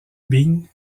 bing